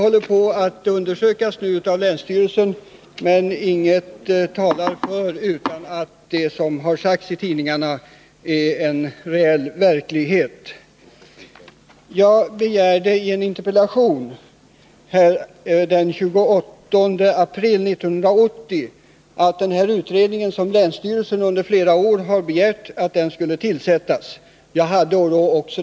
Saken undersöks nu av länsstyrelsen, men det finns ingenting som talar för att det som har skrivits i tidningarna inte är en reell sanning. I en interpellation den 28 april i år begärde jag att den utredning som länsstyrelsen under flera år har begärt skulle tillsättas.